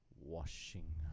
washing